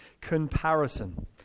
comparison